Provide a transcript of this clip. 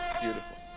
beautiful